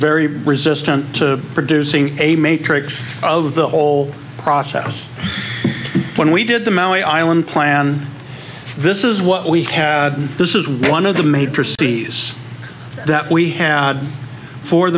very resistant to producing a matrix of the whole process when we did the mo island plan this is what we have this is one of the major cities that we have for